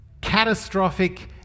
Catastrophic